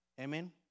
Amen